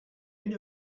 end